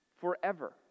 forever